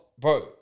bro